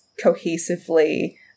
cohesively